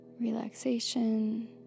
relaxation